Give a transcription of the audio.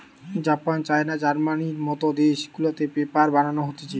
Japan, China, জার্মানির মত দেশ গুলাতে পেপার বানানো হতিছে